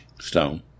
Stone